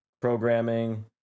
programming